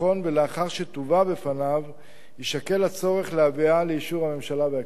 ולאחר שתובא בפניו יישקל הצורך להביאה לאישור הממשלה והכנסת.